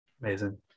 Amazing